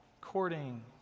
courting